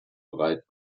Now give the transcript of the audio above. bereit